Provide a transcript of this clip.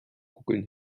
kugeln